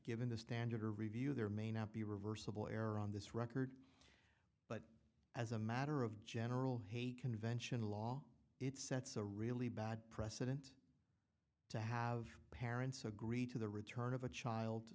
given the standard are reviewed there may not be reversible error on this record but as a matter of general hague convention law it sets a really bad precedent to have parents agree to the return of a child